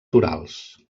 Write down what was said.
torals